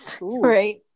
Right